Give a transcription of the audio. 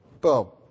Boom